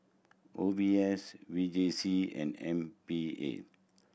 O B S V J C and M P A